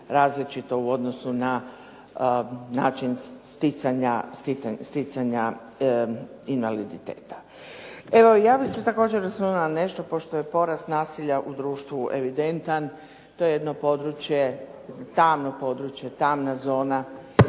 različito u odnosu na način stjecanja invaliditeta. Evo ja bih se također osvrnula ne nešto, pošto je porast nasilja u društvu evidentan, to je jedno područje, tamno područje, tamna zona,